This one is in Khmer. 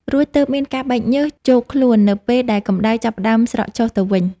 រួចទើបមានការបែកញើសជោកខ្លួននៅពេលដែលកម្ដៅចាប់ផ្តើមស្រកចុះទៅវិញ។